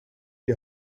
die